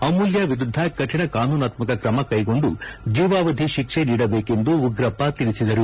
ಅಮೂಲ್ಯ ಅವರ ವಿರುದ್ಧ ಕಠಿಣ ಕಾನೂನಾತ್ಮಕ ಕ್ರಮ ಕೈಗೊಂಡು ಜೇವಾವಧಿ ಶಿಕ್ಷೆ ನೀಡಬೇಕೆಂದು ಉಗ್ರಪ್ಪ ತಿಳಿಸಿದರು